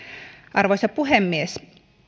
arvoisa puhemies